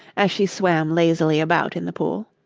as she swam lazily about in the pool,